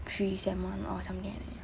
three sem one or something like that